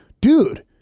dude